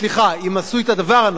סליחה, אם עשו את הדבר הנכון,